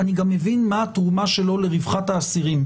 כשראינו שזה משרת את רווחת האסיר,